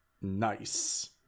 Nice